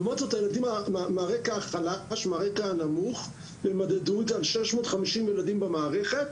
לעומת זאת, הילדים מהרקע החלש והנמוך דרכו במקום.